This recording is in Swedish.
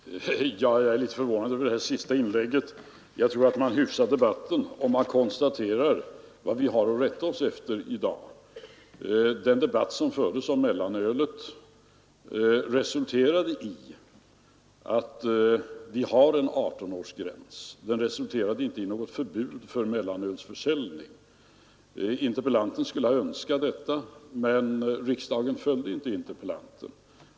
Herr talman! Jag är litet förvånad över det här senaste inlägget. Jag tror att man hyfsar debatten om man konstaterar vad vi har att rätta oss efter i dag. Den debatt som fördes om mellanölet resulterade i att vi har en 18-årsgräns. Den resulterade inte i något förbud mot mellanölsförsäljning. Interpellanten skulle ha önskat detta, men riksdagen följde inte interpellanten.